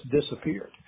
disappeared